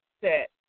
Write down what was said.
set